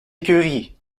écurie